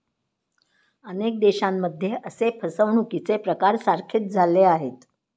अनेक देशांमध्ये असे फसवणुकीचे प्रकार सारखेच झाले आहेत